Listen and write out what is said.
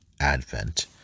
Advent